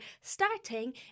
starting